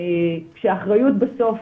כשהאחריות בסוף,